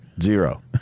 Zero